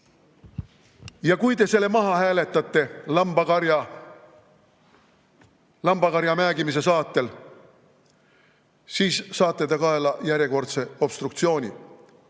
Ja kui te selle maha hääletate lambakarja määgimise saatel, siis saate kaela järjekordse obstruktsiooni.